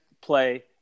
play